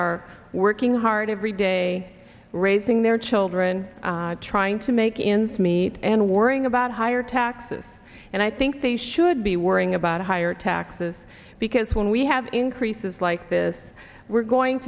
are working hard every day raising their children trying to make ends meet and worrying about higher taxes and i think they should be worrying about higher taxes because when we have increases this we're going